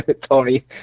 Tony